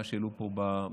מה שהעלו פה בסיפור.